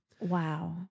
Wow